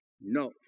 no